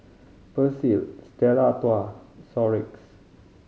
Persil Stella